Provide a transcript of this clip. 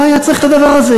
לא היה צריך את הדבר הזה.